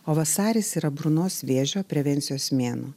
o vasaris yra burnos vėžio prevencijos mėnuo